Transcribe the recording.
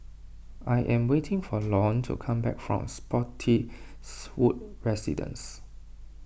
I am waiting for Lorne to come back from Spottiswoode Residences